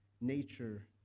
nature